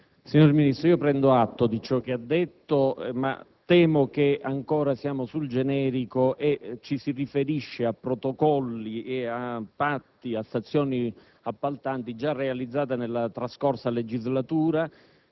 Signor Ministro, prendo atto delle sue parole, ma temo che ci troviamo ancora sul generico e ci si riferisca a protocolli, a patti, a stazioni appaltanti già realizzati nella scorsa legislatura.